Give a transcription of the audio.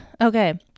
Okay